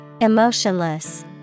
Emotionless